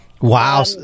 wow